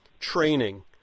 training